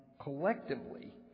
collectively